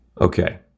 okay